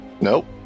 Nope